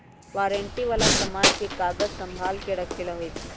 warranty वाला समान के कागज संभाल के रखे ला होई छई